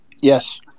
Yes